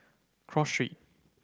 Cross Street